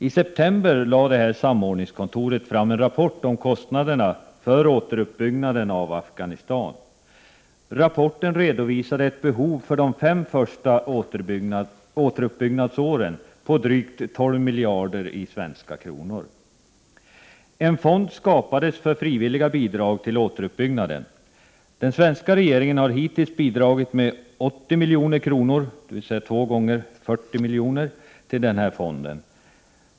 I september lade samordningskontoret fram en rapport om kostnaderna för återuppbyggnaden av Afghanistan. Rapporten redovisade ett behov för de fem första återuppbyggnadsåren på drygt 12 miljarder i svenska kronor. En fond skapades för frivilliga bidrag till återuppbyggnaden. Den svenska regeringen har hittills bidragit med 80 milj.kr., dvs. två gånger 40 miljoner, till denna fond.